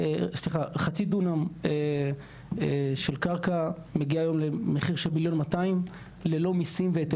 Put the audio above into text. חצי דונם של קרקע מגיעה היום למחיר של 1.2 מיליון ללא מיסים והיתרים.